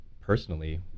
personally